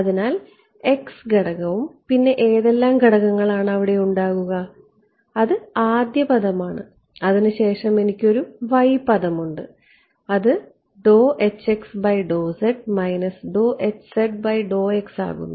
അതിനാൽ ഘടകവും പിന്നെ ഏതെല്ലാം ഘടകങ്ങളാണ് അവിടെ ഉണ്ടാകുക അത് ആദ്യ പദമാണ് അതിനുശേഷം എനിക്ക് ഒരു പദമുണ്ട് അത് ആകുന്നു